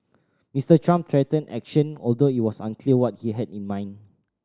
Mister Trump threatened action although it was unclear what he had in mind